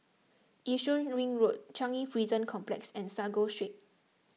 Yishun Ring Road Changi Prison Complex and Sago Street